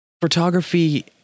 Photography